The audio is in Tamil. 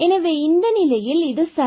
எனவே இந்த நிலையில் இது சரியானது